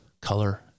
color